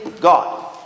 God